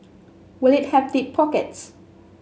will it have deep pockets